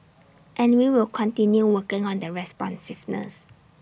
and we will continue working on the responsiveness